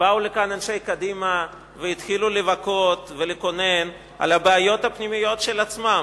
באו לכאן אנשי קדימה והתחילו לבכות ולקונן על הבעיות הפנימיות של עצמם.